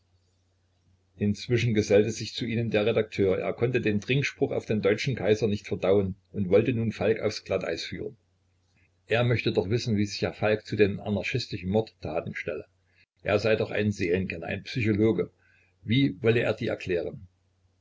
inzwischen gesellte sich zu ihnen der redakteur er konnte den trinkspruch auf den deutschen kaiser nicht verdauen und wollte nun falk aufs glatteis führen er möchte doch wissen wie herr falk sich zu den anarchistischen mordtaten stelle er sei doch ein seelenkenner ein psychologe wie wolle er die erklären